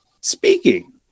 speaking